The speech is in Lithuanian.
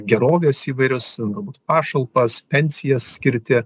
gerovės įvairius galbūt pašalpas pensijas skirti